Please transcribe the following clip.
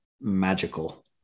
magical